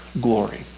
glory